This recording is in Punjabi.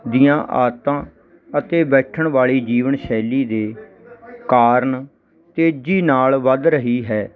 ਦੀਆਂ ਆਦਤਾਂ ਅਤੇ ਬੈਠਣ ਵਾਲੀ ਜੀਵਨ ਸ਼ੈਲੀ ਦੇ ਕਾਰਨ ਤੇਜ਼ੀ ਨਾਲ ਵੱਧ ਰਹੀ ਹੈ